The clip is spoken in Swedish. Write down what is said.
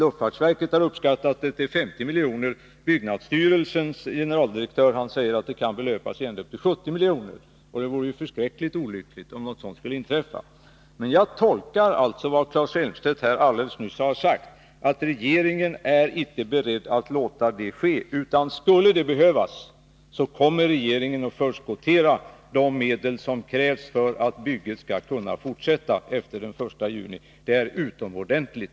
Luftfartsverket har uppskattat kostnadsökningen till 50 milj.kr. Byggnadsstyrelsens generaldirektör säger att den kan komma att belöpa sig ända upp till 70 milj.kr. Men jag tolkar det som Claes Elmstedt alldeles nyss har sagt på det sättet att regeringen är beredd att förskottera de medel som krävs för att bygget skall kunna fortsätta efter den 1 juni. Det är utomordentligt!